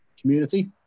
community